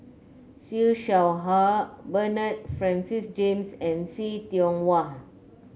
Siew Shaw Her Bernard Francis James and See Tiong Wah